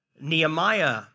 Nehemiah